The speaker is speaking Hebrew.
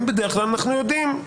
אנחנו יודעים לפענח.